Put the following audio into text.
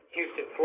Houston